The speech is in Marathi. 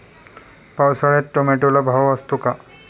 पावसाळ्यात टोमॅटोला भाव असतो का?